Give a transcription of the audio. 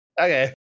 Okay